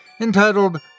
entitled